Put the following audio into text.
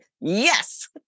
yes